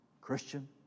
Christian